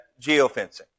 geofencing